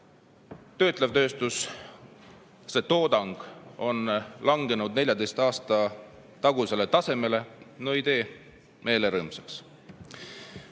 töötleva tööstuse toodang on langenud 14 aasta tagusele tasemele, ei tee meelt rõõmsaks.